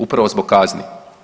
Upravo zbog kazni.